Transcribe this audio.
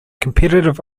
competitive